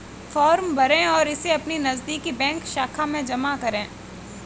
form भरें और इसे अपनी नजदीकी बैंक शाखा में जमा करें